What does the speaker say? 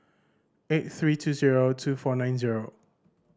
eight three two zero two four nine zero